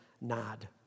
Nod